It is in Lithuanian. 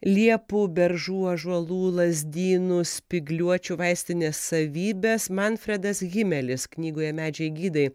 liepų beržų ąžuolų lazdynų spygliuočių vaistines savybes manfredas himelis knygoje medžiai gydai